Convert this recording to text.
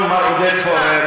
חבר הכנסת עודד פורר,